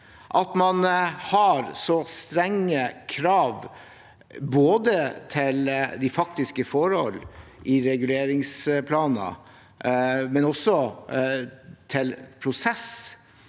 at man har så strenge krav til både de faktiske forhold i reguleringsplanene og også til prosess,